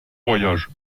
voyage